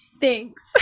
Thanks